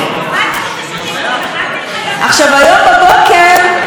היום בבוקר החבר של מירי רגב מתראיין ברדיו.